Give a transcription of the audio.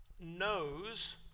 knows